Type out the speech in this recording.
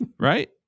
right